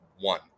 One